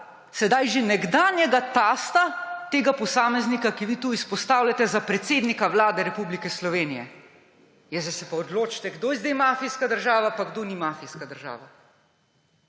sedaj že nekdanjega tasta tega posameznika, ki ga vi tukaj izpostavljate za predsednika Vlade Republike Slovenije. Ja, zdaj se pa odločite, kdo je zdaj mafijska država in kdo ni mafijska država.